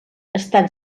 estan